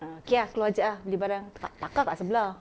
ah okay ah keluar jap ah beli barang ah taka kat sebelah